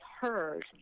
heard